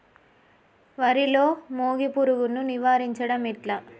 వరిలో మోగి పురుగును నివారించడం ఎట్లా?